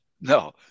No